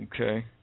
Okay